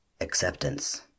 acceptance